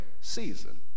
season